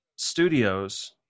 studios